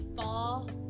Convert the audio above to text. fall